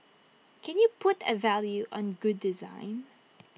can you put A value on good design